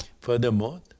Furthermore